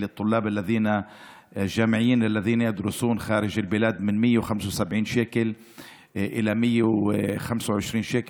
לסטודנטים שלומדים בחו"ל מ-175 ש"ח ל-125 ש"ח.